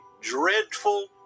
dreadful